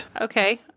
Okay